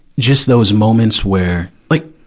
just those moments where. like,